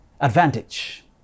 advantage